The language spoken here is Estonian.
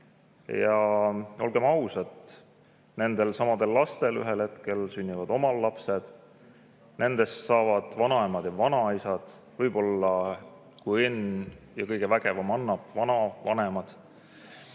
Ja olgem ausad, nendelsamadel lastel ühel hetkel sünnivad omal lapsed. Nendest saavad vanaemad ja vanaisad, võib-olla, kui õnn ja kõigevägevam annab, vana[vana]vanemad.